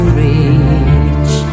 reach